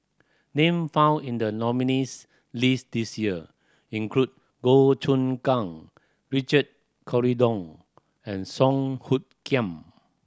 name found in the nominees' list this year include Goh Choon Kang Richard Corridon and Song Hoot Kiam